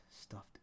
stuffed